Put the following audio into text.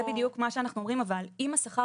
אבל זה בדיוק מה שאנחנו אומרים: אם השכר